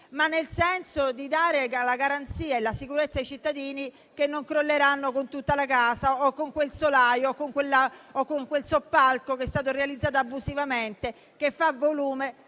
ma nel senso di dare la garanzia e la sicurezza ai cittadini che non crolleranno con tutta la casa, con quel solaio o con il soppalco che è stato realizzato abusivamente, che fa volume,